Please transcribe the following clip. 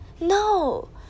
no